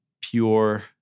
pure